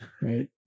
right